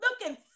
Looking